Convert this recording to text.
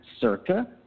circa